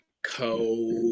co